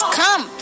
come